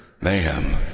mayhem